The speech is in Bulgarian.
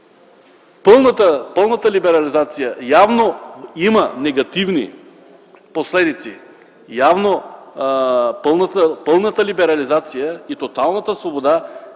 пълната либерализация явно има негативни последици. Явно пълната либерализация и тоталната свобода